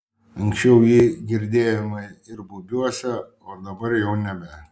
anksčiau jį girdėjome ir bubiuose o dabar jau nebe